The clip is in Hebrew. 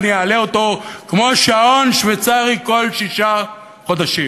אעלה אותו כמו שעון שוויצרי כל שישה חודשים.